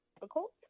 difficult